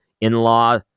in-law